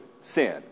sin